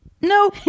no